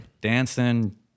Dancing